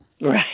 Right